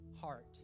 heart